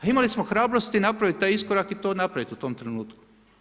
A imali smo hrabrosti napraviti taj iskorak i to napraviti u tom trenutku.